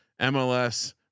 MLS